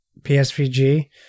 PSVG